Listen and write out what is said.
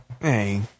Hey